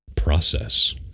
Process